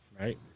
Right